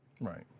Right